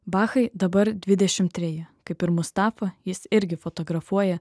bachai dabar dvidešim treji kaip ir mustafa jis irgi fotografuoja